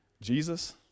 Jesus